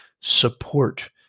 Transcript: support